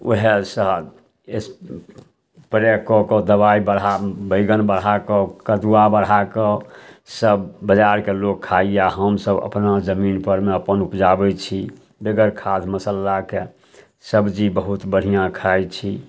वएहेसँ spray कए कऽ दबाइ बढ़ा बैगन बढ़ाकऽ कदुआ बढ़ाकऽ सब बजारके लोक खाइए हमसब अपना जमीनपर मे अपन उपजाबइ छी बेगर खाद मसल्लाके सब्जी बहुत बढ़ियाँ खाइ छी